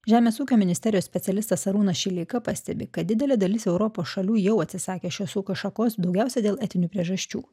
žemės ūkio ministerijos specialistas arūnas šileika pastebi kad didelė dalis europos šalių jau atsisakė šios ūkio šakos daugiausiai dėl etinių priežasčių